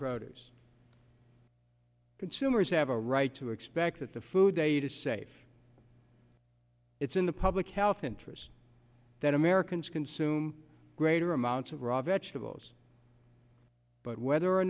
produce consumers have a right to expect that the food they eat is safe it's in the public health interest that americans consume greater amounts of raw vegetables but whether or